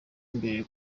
imbere